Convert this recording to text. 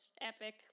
epic